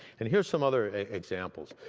and here's some other examples,